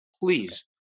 Please